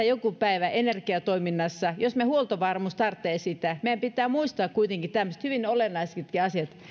joku päivä energiatoiminnassa jos meidän huoltovarmuus tarvitsee sitä meidän pitää muistaa kuitenkin tämmöisetkin hyvin olennaiset asiat